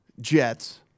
Jets